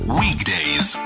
weekdays